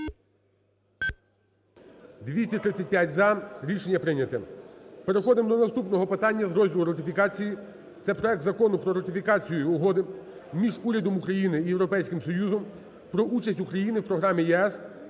235 – за. Рішення прийняте. Переходимо до наступного питання з розділу "Ратифікації" – це проект Закону про ратифікацію Угоди між Урядом України і Європейським Союзом про участь України в програмі ЄС